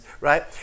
Right